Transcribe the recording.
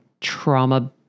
trauma